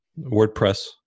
WordPress